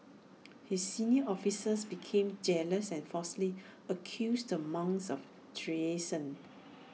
his senior officials became jealous and falsely accused the monks of treason